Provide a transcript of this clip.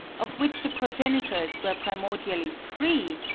of which the progenitors were primordially free,